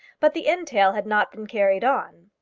but the entail had not been carried on.